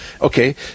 okay